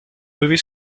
movie